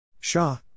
Shah